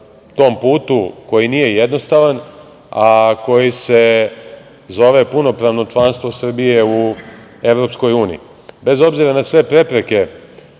tom putu koji nije jednostavan, a koji se zove punopravno članstvo Srbije u EU.Bez obzira na sve prepreke